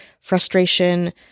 frustration